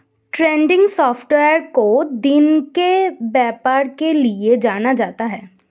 trending software को दिन के व्यापार के लिये जाना जाता है